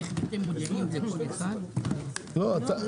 הישיבה ננעלה בשעה 11:49.